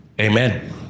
Amen